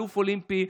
אלוף אולימפי,